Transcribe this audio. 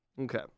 Okay